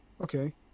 Okay